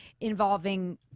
involving